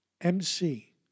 MC